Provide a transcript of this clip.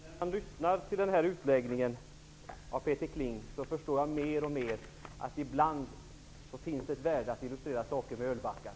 Herr talman! När jag lyssnar till den här utläggningen av Peter Kling, förstår jag mer och mer att det ibland kan finnas ett värde i att illustrera saker med ölbackar.